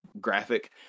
graphic